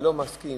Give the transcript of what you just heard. ולא מסכים,